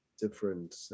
different